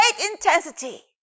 intensity